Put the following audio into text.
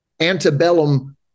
antebellum